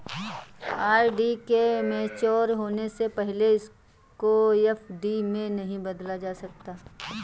RD के mature होने से पहले इसको एफ.डी में नहीं बदला जा सकता